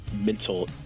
mental